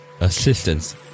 assistance